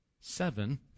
seven